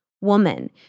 woman